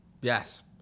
Yes